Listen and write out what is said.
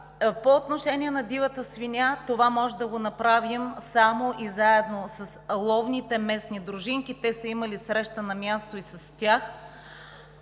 По отношение на дивата свиня това можем да го направим само и заедно с ловните местни дружинки – те са имали среща на място и с тях.